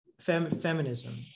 feminism